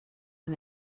and